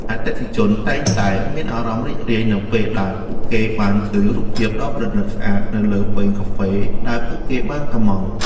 អតិថិជនតែងតែមានអារម្មណ៍រីករាយនៅពេលដែលពួកគេបានឃើញរូបភាពដ៏ស្រស់ស្អាតនៅលើពែងកាហ្វេដែលពួកគេបានកុម្ម៉ង់។